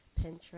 Pinterest